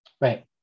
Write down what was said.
Right